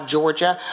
Georgia